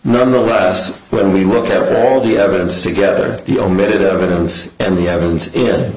nonetheless when we look at all the evidence together the omitted evidence and the evidence